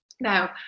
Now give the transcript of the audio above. Now